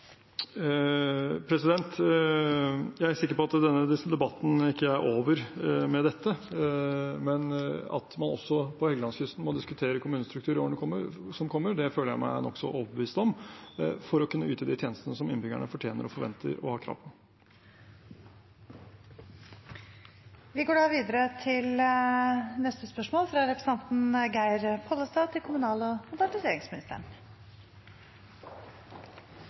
Jeg er sikker på at denne debatten ikke er over med dette. Men at man også på Helgelandskysten må diskutere kommunestruktur i årene som kommer, føler jeg meg nokså overbevist om for at de skal kunne yte de tjenestene som innbyggerne fortjener, forventer og har krav på. «Stavanger/Sandnes og fleire av kommunane rundt er i stor grad ein samanhengande bu- og